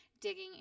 digging